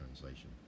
translation